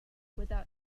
without